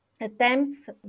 attempts